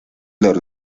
los